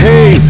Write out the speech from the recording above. Hey